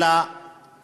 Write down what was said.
אלא